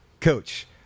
coach